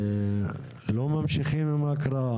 לא ממשיכים עם ההקראה,